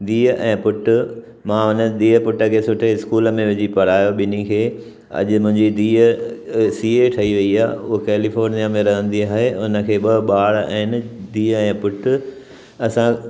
धीउ ऐं पुटु मां हुननि धीउ पुटु खे सुठे स्कूल में विझी पढ़ायो ॿिनी खे अॼु मुंहिंजी धीउ सीए ठही वई आ उहा कैलिफोर्निआ में रहंदी आहे हुनखे ॿ ॿार आहिनि धीउ ऐं पुटु असां